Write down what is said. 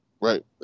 Right